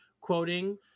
quoting